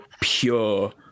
pure